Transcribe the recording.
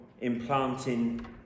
implanting